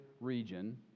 region